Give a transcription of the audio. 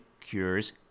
cures